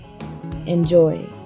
Enjoy